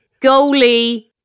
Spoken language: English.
Goalie